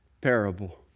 parable